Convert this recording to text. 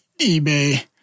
eBay